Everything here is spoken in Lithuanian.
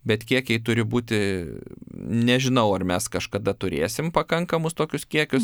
bet kiekiai turi būti nežinau ar mes kažkada turėsim pakankamus tokius kiekius